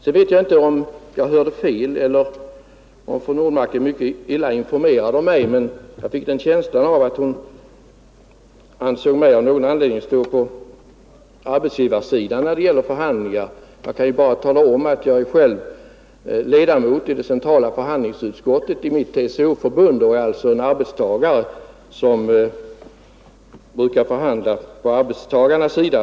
Sedan vet jag inte om jag hörde fel eller om fru Normark är mycket illa informerad men jag fick en känsla av att hon ansåg mig av någon anledning stå på arbetsgivarsidan när det gäller förhandlingar. Jag kan bara tala om att jag själv är ledamot av det centrala förhandlingsutskottet i mitt TCO-förbund och är alltså en arbetstagare som brukar förhandla på arbetstagarnas sida.